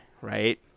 right